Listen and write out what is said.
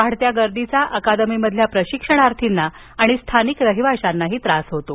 वाढत्या गर्दीचा अकादमीमधील प्रशिक्षणार्थींना आणि स्थानिक रहिवाश्यांनाही त्रास होतो